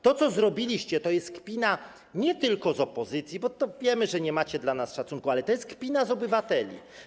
To, co zrobiliście, to jest kpina nie tylko z opozycji - wiemy, że nie macie dla nas szacunku - ale to jest kpina z obywateli.